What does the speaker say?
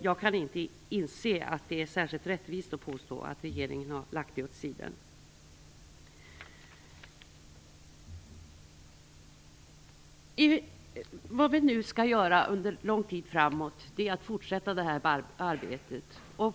Jag kan inte inse att det är särskilt rättvist att påstå att regeringen har lagt miljöfrågorna åt sidan. Under lång tid framöver skall vi nu fortsätta arbetet.